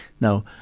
Now